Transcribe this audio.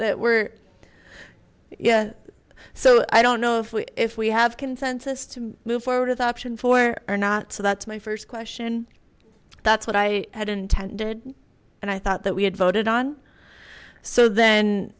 that we're so i don't know if we if we have consensus to move forward with option four or not so that's my first question that's what i had intended and i thought that we had voted on so then